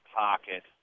pocket